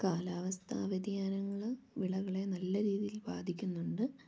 കാലാവസ്ഥാ വ്യതിയാനങ്ങൾ വിളകളെ നല്ല രീതിയിൽ ബാധിക്കുന്നുണ്ട്